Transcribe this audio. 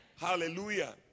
Hallelujah